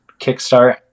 kickstart